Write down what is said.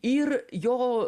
ir jo